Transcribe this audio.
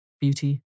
Beauty